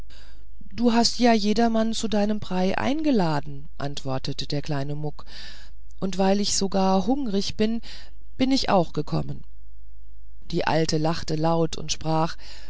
du hast ja jedermann zu deinem brei eingeladen antwortete der kleine muck und weil ich so gar hungrig bin bin ich auch gekommen die alte lachte laut und sprach